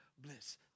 bliss